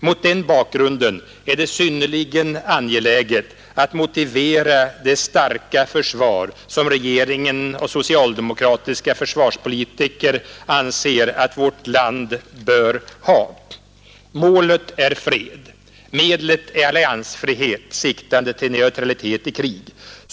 Mot den bakgrunden är det synnerligen angeläget att motivera det starka försvar som regeringen och socialdemokratiska försvarspolitiker anser att vårt land bör ha. Målet är fred. Medlet är alliansfrihet siktande till neutralitet i krig.